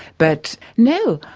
but no,